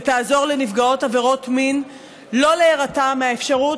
ותעזור לנפגעות עבירות מין לא להירתע מהאפשרות